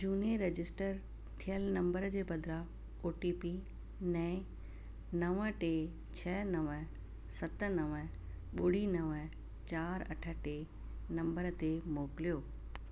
झुने register थियल number जे बदिरां ओ टी पी नए नव टे छह नव सत नव ॿुड़ी नव चारि अठ टे नंबर ते मोकिलियो